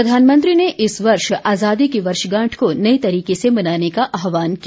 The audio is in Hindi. प्रधानमंत्री ने इस वर्ष आज़ादी की वर्षगांठ को नए तरीके से मनाने का आहवान किया